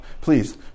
please